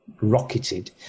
rocketed